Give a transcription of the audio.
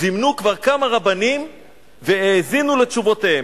זימנו כבר כמה רבנים והאזינו לתשובותיהם.